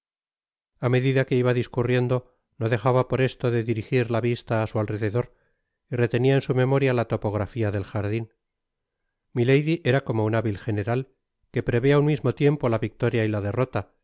a medida que iba discurriendo no dejaba por esto de dirigir la vista á su alrededor y retenia en su memoria la topografía del jardin milady era como nn hábil general que prevé á un mismo tiempo la victoria y la derrota